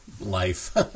life